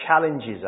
challenges